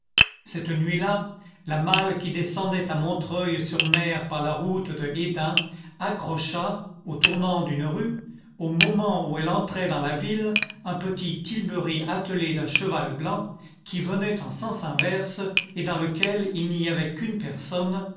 cette nuit-là la malle qui descendait à montreuil sur mer par la route de hesdin accrocha au tournant d'une rue au moment où elle entrait dans la ville un petit tilbury attelé d'un cheval blanc qui venait en sens inverse et dans lequel il n'y avait qu'une personne